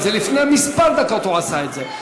לפני כמה דקות הוא עשה את זה.